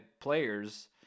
players